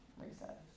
reset